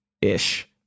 ish